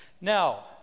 Now